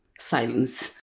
silence